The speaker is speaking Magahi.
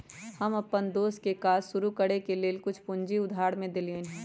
हम अप्पन दोस के काज शुरू करए के लेल कुछ पूजी उधार में देलियइ हन